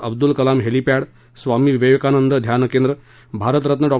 Abdul Kalam helipad Swami Vivekananda ध्यान केंद्र भारतरत्न डॉ